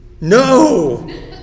No